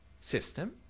system